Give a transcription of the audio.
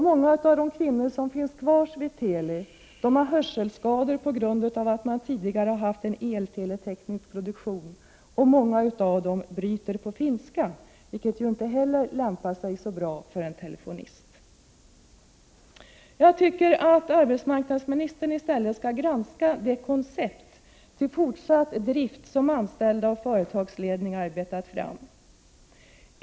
Många av de kvinnor som finns kvar vid Teli har hörselskador på grund av att man tidigare har haft en elteleteknisk produktion. Många av dem bryter också på finska, vilket inte heller lämpar sig så bra för en telefonist. Jag tycker att arbetsmarknadsministern skall granska det koncept om fortsatt drift som anställda och företagsledning har arbetat fram.